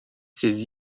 ses